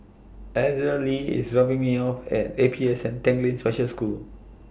Azalee IS dropping Me off At A P S N Tanglin Special School